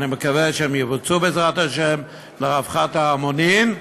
אני מקווה שהם יבוצעו, בעזרת השם, לרווחת ההמונים,